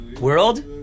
world